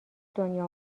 دنیا